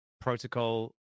protocol